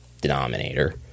denominator